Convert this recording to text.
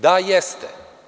Da, jeste.